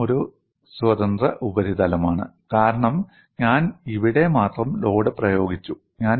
ഇതും ഒരു സ്വതന്ത്ര ഉപരിതലമാണ് കാരണം ഞാൻ ഇവിടെ മാത്രം ലോഡ് പ്രയോഗിച്ചു